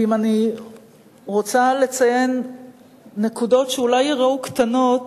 ואם אני רוצה לציין נקודות שאולי ייראו קטנות,